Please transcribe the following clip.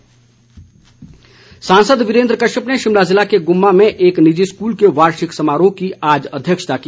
वीरेन्द्र कश्यप सांसद वीरेन्द्र कश्यप ने शिमला जिला के गुम्मा में एक निजी स्कूल के वार्षिक समारोह की आज अध्यक्षता की